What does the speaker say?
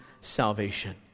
salvation